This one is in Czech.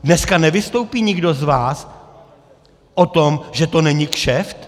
Dneska nevystoupí nikdo z vás o tom, že to není kšeft?